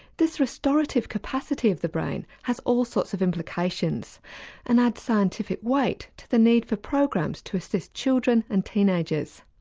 this restorative capacity of the brain has all sorts of implications and adds scientific weight to the need for programs to assist children and teenagers.